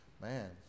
man